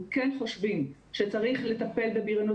אנחנו כן חושבים שצריך לטפל בבריונות